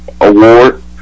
award